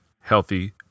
healthy